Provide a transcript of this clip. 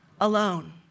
Alone